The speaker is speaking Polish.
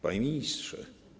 Panie Ministrze!